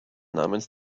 namens